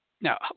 Now